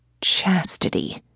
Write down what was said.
Chastity